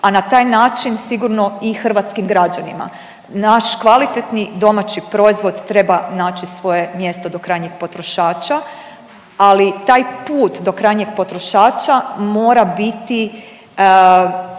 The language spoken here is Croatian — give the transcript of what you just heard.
a na taj način sigurno i hrvatskim građanima. Naš kvalitetni domaći proizvod treba naći svoje mjesto do krajnjeg potrošača, ali taj put do krajnjeg potrošača mora biti